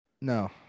No